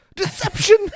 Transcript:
deception